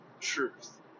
truth